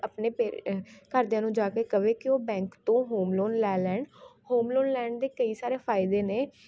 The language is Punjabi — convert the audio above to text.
ਆਪਣੇ ਪੇਰ ਘਰਦਿਆਂ ਨੂੰ ਜਾ ਕੇ ਕਹੇ ਕਿ ਉਹ ਬੈਂਕ ਤੋਂ ਹੋਮ ਲੋਨ ਲੈ ਲੈਣ ਹੋਮ ਲੋਨ ਲੈਣ ਦੇ ਕਈ ਸਾਰੇ ਫਾਇਦੇ ਨੇ